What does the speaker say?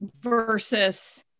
versus